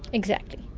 exactly.